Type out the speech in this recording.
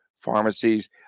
pharmacies